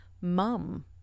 Mum